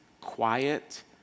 quiet